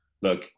look